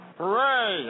Hooray